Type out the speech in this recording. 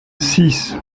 six